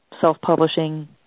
self-publishing